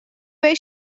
where